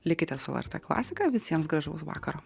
likite su lrt klasika visiems gražaus vakaro